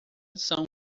são